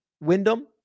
Wyndham